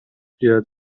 بیاد